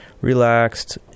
relaxed